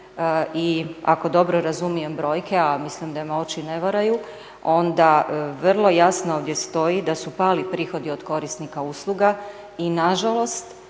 i ako dobro razumijem brojke, a mislim da me oči ne varaju, onda vrlo jasno ovdje stoji da su pali prihodi od korisnika usluga i na žalost